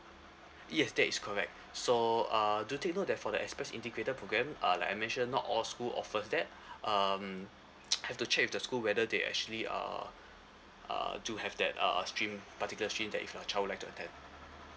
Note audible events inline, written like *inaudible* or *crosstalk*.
yes that is correct so uh do take note that for that express integrated programme uh like I mentioned not all school offers that um *noise* have to check with the school whether they actually uh uh do have that uh stream particular stream that if your child would like to attend